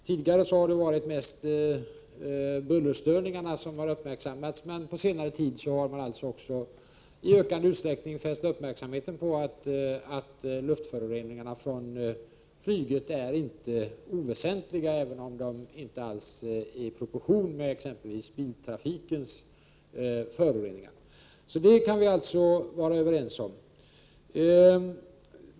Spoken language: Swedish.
Tidigare har det varit mest bullerstörningarna som har uppmärksammats, men på senare tid har alltså uppmärksamheten i ökande utsträckning också fästs på att luftföroreningarna från flyget inte är oväsentliga, även om de inte alls är i proportion med exempelvis biltrafikens föroreningar. Det kan vi alltså vara överens om.